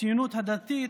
הציונות הדתית,